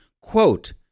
Quote